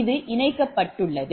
இது இணைக்கப்பட்டுள்ளது